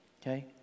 Okay